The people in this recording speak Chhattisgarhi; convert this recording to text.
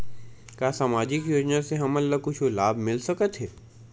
का सामाजिक योजना से हमन ला कुछु लाभ मिल सकत हे?